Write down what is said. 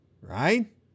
Right